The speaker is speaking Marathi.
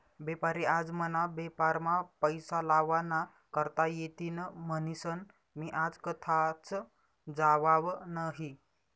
बेपारी आज मना बेपारमा पैसा लावा ना करता येतीन म्हनीसन मी आज कथाच जावाव नही